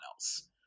else